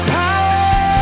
power